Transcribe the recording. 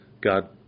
God